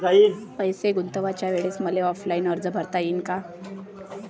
पैसे गुंतवाच्या वेळेसं मले ऑफलाईन अर्ज भरा लागन का?